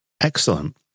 Excellent